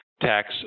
tax